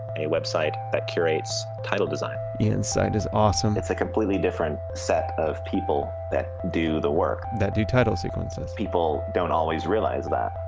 a website that curates title design ian's site is awesome it's a completely different set of people that do the work that do title sequences people don't always realize that.